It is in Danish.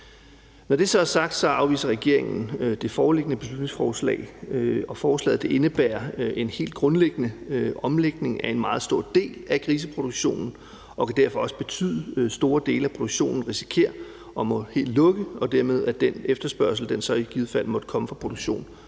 Når det så er sagt, afviser regeringen det foreliggende beslutningsforslag. Forslaget indebærer en helt grundlæggende omlægning af en meget stor del af griseproduktionen og vil derfor også betyde, at store dele af produktionen risikerer helt at måtte lukke, og at efterspørgslen i givet fald må blive imødekommet af produktion